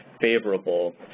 favorable